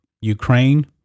Ukraine